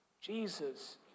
Jesus